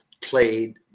played